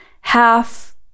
half